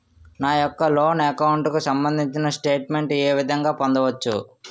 నా యెక్క loan account కు సంబందించిన స్టేట్ మెంట్ ఏ విధంగా పొందవచ్చు?